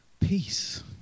peace